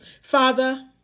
Father